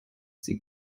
sie